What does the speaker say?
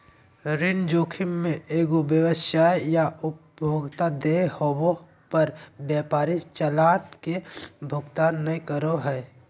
ऋण जोखिम मे एगो व्यवसाय या उपभोक्ता देय होवे पर व्यापारी चालान के भुगतान नय करो हय